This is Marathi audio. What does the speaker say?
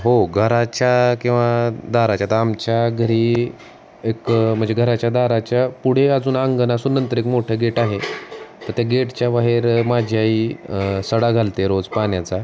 हो घराच्या किंवा दाराच्या तर आमच्या घरी एक म्हणजे घराच्या दाराच्या पुढे अजून अंगण असून नंतर एक मोठं गेट आहे तर त्या गेटच्या बाहेर माझी आई सडा घालते रोज पाण्याचा